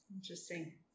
Interesting